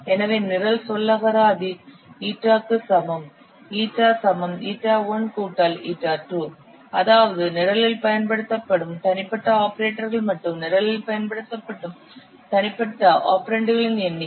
எனவே நிரல் சொல்லகராதி η க்கு சமம் η η1 η2 அதாவது நிரலில் பயன்படுத்தப்படும் தனிப்பட்ட ஆபரேட்டர்கள் மற்றும் நிரலில் பயன்படுத்தப்படும் தனிப்பட்ட ஆபரெண்டுகளின் எண்ணிக்கை